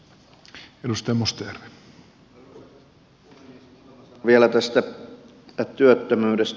muutama sana vielä tästä työttömyydestä